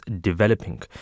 developing